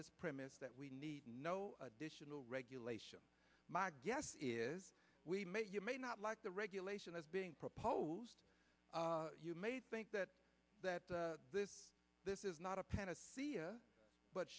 this premise that we need no additional regulation my guess is we may or may not like the regulation that's being proposed you may think that that this is not a panacea but